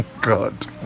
god